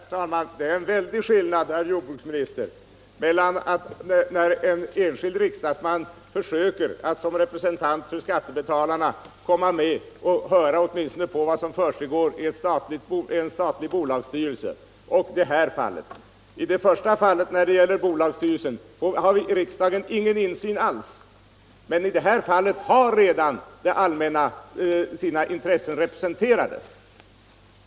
Herr talman! Det är en väldig skillnad, herr jordbruksminister, när en enskild riksdagsman som representant för skattebetalarna försöker all åtminstone få höra på vad det är som försiggår i en statlig bolagsstyrelse och det som vi här diskuterar. I fallet med bolagsstyrelsen har riksdagen ju ingen insyn alls, men här har vi redan den insynen, här är det allmännas intressen representerade.